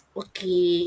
okay